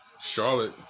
Charlotte